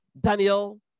Daniel